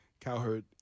Cowherd